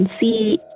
see